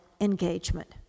engagement